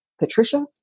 Patricia